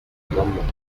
amendements